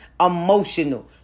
emotional